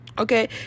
Okay